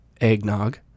eggnog